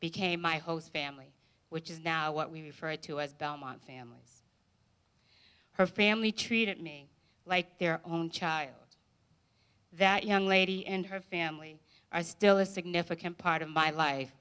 became my host family which is now what we refer to as belmont families her family treated me like their own child that young lady and her family are still a significant part of my life